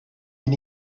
bin